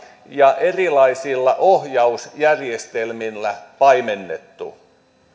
ja erilaisilla ohjausjärjestelmillä paimennettu